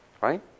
Right